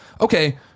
okay